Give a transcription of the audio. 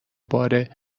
بار